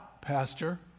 pastor